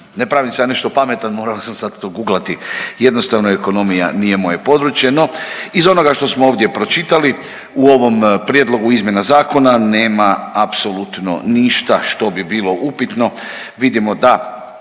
Ne pravim se ja nešto pametan, morao sam sad to guglati jednostavno ekonomija nije moje područje, no iz onoga što smo ovdje pročitali u ovom prijedlogu izmjena zakona nema apsolutno ništa što bi bilo upitno.